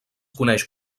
coneix